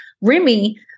Remy